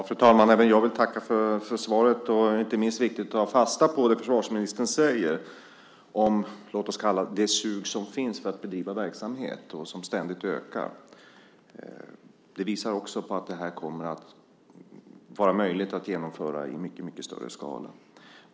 Fru talman! Även jag vill tacka för svaret. Det är inte minst viktigt att ta fasta på det som försvarsministern säger om det ständigt ökande sug som finns för att bedriva verksamhet. Det visar också att det kommer att vara möjligt att genomföra i mycket större skala.